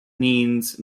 means